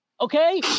okay